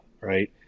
Right